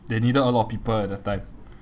they needed a lot of people at that time